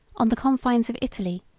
on the confines of italy,